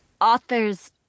authors